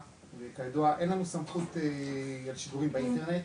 וכידוע אין לנו סמכות על שידורים באינטרנט